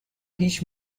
هیچ